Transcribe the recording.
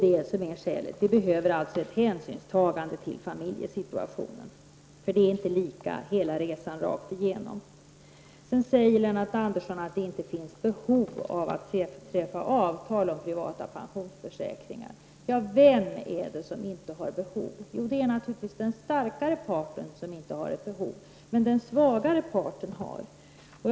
Detta är skälet. Vi behöver alltså ett hänsynstagande till familjesituationen, eftersom den inte är densamma hela resan igenom. Lennart Andersson säger sedan att det inte finns behov av att träffa avtal om privata pensionsförsäkringar. Vem är det som inte har behov? Jo, det är naturligtvis den starkare parten. Den svagare har det däremot.